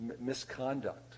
misconduct